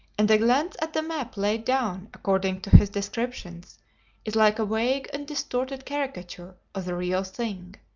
and a glance at the map laid down according to his descriptions is like a vague and distorted caricature of the real thing.